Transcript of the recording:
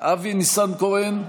אבי ניסנקורן,